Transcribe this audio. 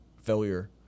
failure